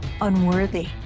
unworthy